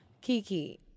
Kiki